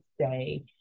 say